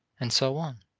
and so on.